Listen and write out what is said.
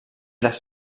les